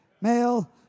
Male